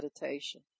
meditation